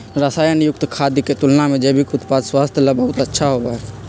रसायन युक्त खाद्य के तुलना में जैविक उत्पाद स्वास्थ्य ला बहुत अच्छा होबा हई